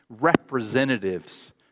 representatives